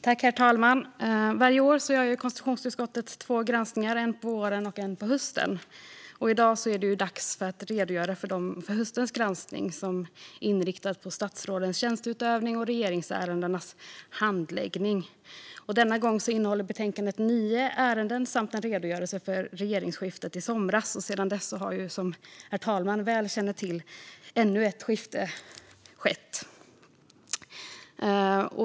Herr talman! Varje år gör konstitutionsutskottet två granskningar, en på våren och en på hösten. I dag är det dags att redogöra för höstens granskning, som är inriktad på statsrådens tjänsteutövning och regeringsärendenas handläggning. Denna gång innehåller betänkandet nio ärenden samt en redogörelse för regeringsskiftet i somras. Sedan dess har, som herr talmannen väl känner till, ännu ett skifte skett.